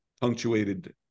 punctuated